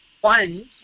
one